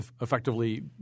effectively